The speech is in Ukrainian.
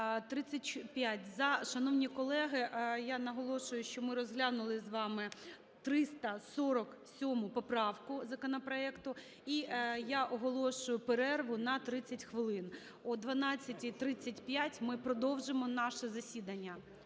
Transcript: За-35 Шановні колеги, я наголошую, що ми розглянули з вами 347 поправку законопроекту. І я оголошую перерву на 30 хвилин. О 12:35 ми продовжимо наше засідання.